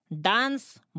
Dance